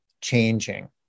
changing